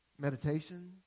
meditation